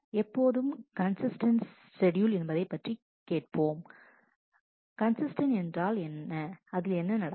எப்போதும் consistent schedule என்பதைப் பற்றி கேட்போம் கன்சிஸ்டன்ட் என்றால் என்ன அதில் என்ன நடக்கும்